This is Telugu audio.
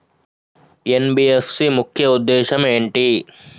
ఎన్.బి.ఎఫ్.సి ముఖ్య ఉద్దేశం ఏంటి?